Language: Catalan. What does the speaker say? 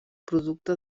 producte